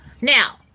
now